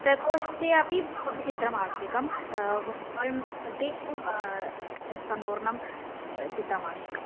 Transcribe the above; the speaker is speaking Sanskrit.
प्रकोष्ठे अपि चित्रम् आवश्यकं मध्ये सम्पूर्णं चित्रमावश्यकम्